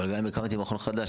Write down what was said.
אבל גם אם הקמתי מכון חדש,